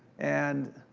and,